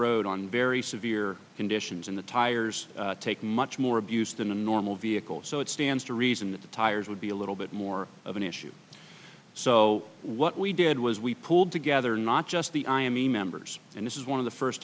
road on very severe conditions in the tires take much more abuse than a normal vehicle so it stands to reason that the tires would be a little bit more of an issue so what we did was we pulled together not just the i mean members and this is one of the first